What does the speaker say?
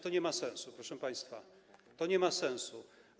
To nie ma sensu, proszę państwa, to nie ma sensu.